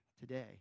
today